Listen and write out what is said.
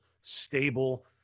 stable